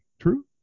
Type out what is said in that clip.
True